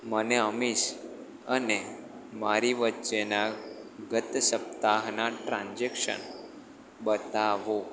મને અમીશ અને મારી વચ્ચેના ગત સપ્તાહના ટ્રાન્ઝેક્શન બતાવો